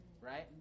right